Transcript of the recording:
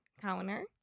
counter